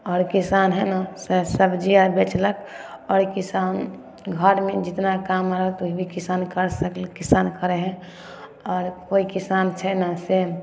आओर किसान हइ ने से सब्जी आर बेचलक आओर किसान घरमे जतना काम रहलक तऽ ओ भी किसान करि सकलक किसान करै हइ आओर कोइ किसान छै ने से